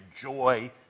joy